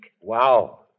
Wow